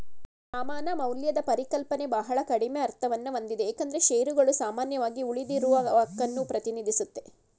ಸಮಾನ ಮೌಲ್ಯದ ಪರಿಕಲ್ಪನೆ ಬಹಳ ಕಡಿಮೆ ಅರ್ಥವನ್ನಹೊಂದಿದೆ ಏಕೆಂದ್ರೆ ಶೇರುಗಳು ಸಾಮಾನ್ಯವಾಗಿ ಉಳಿದಿರುವಹಕನ್ನ ಪ್ರತಿನಿಧಿಸುತ್ತೆ